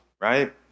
right